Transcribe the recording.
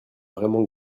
vraiment